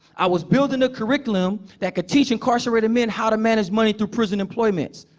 i was building a curriculum that could teach incarcerated men how to manage money through prison employments.